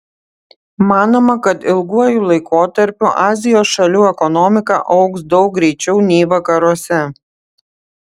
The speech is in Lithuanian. manoma kad ilguoju laikotarpiu azijos šalių ekonomika augs daug greičiau nei vakaruose